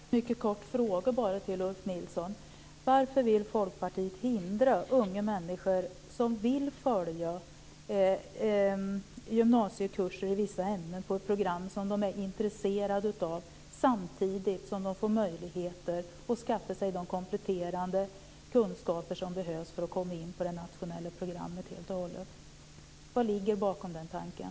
Herr talman! Jag ska ställa en mycket kort fråga till Ulf Nilsson. Varför vill Folkpartiet hindra unga människor som vill följa gymnasiekurser i vissa ämnen på ett program som de är intresserade av samtidigt som de får möjligheter att skaffa sig de kompletterande kunskaper som behövs för att komma in på det nationella programmet helt och hållet? Vad ligger bakom den tanken?